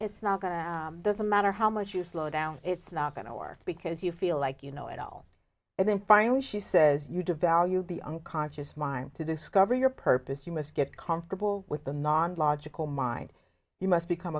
it's not going to doesn't matter how much you slow down it's not going to work because you feel like you know it all and then finally she says you devalue the unconscious mind to discover your purpose you must get comfortable with the non logical mind you must become